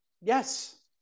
yes